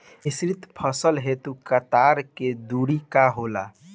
मिश्रित फसल हेतु कतार के दूरी का होला?